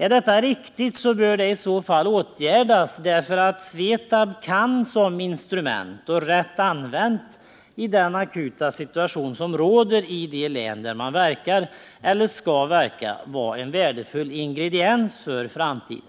Om detta är riktigt bör åtgärder i så fall vidtagas därför att Svetab kan som instrument och rätt använt i den akuta situation som råder i de län där man verkar eller skall verka vara en värdefull ingrediens för framtiden.